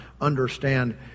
Understand